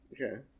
Okay